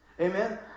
Amen